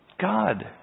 God